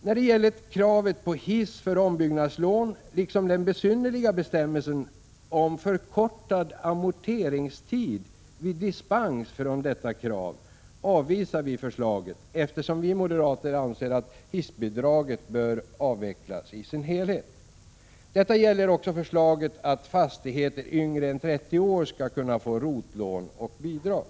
När det gäller kravet på hiss för ombyggnadslån liksom den besynnerliga bestämmelsen om förkortad amorteringstid vid dispens från detta krav avvisar vi förslaget, eftersom vi moderater anser att hissbidraget bör Prot. 1986/87:50 avvecklas i sin helhet. Detta gäller också förslaget att man för fastigheter 16 december 1986 yngre än 30 år skall kunna få ROT-lån och bidrag.